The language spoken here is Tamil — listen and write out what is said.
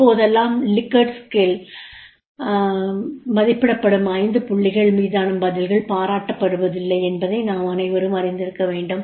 இப்போதெல்லாம் லிகர்ட் அளவையில் மதிப்பிடப்படும் ஐந்து புள்ளிகள் மீதான பதில்கள் பாராட்டப்படுவதில்லை என்பதை நாம் அனைவரும் அறிந்திருக்க வேண்டும்